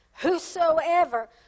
whosoever